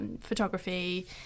Photography